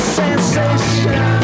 sensation